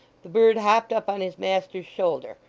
the bird hopped up on his master's shoulder,